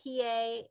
PA